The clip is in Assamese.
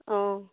অঁ